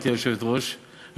גברתי ראש העיר,